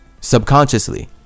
Subconsciously